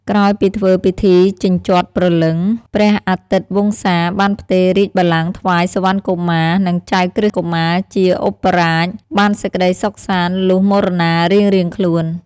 ក្រោយពីធ្វើពិធីជញ្ជាត់ព្រលឹង ព្រះអាទិត្យវង្សាបានផ្ទេររាជបល្ល័ង្កថ្វាយសុវណ្ណកុមារ និងចៅក្រឹស្នកុមារជាឧបរាជបានសេចក្តីសុខសាន្តលុះមរណារៀងៗខ្លួន។